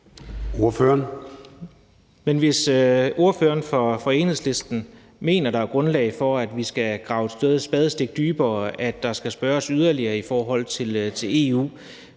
Hvis ordføreren for Enhedslisten mener, at der er grundlag for, at vi skal grave et spadestik dybere, og at EU skal spørges yderligere, så vil vi